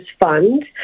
fund